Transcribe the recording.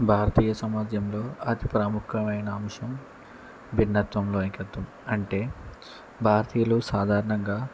భారతీయ సమాజంలో అతి ప్రాముఖ్యమైన అంశం భిన్నత్వంలో ఏకత్వం అంటే భారతీయులు సాధారణంగా